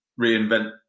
reinvent